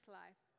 life